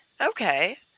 Okay